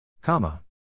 Comma